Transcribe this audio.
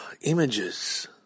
images